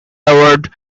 award